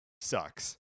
sucks